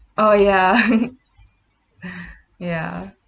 oh ya ya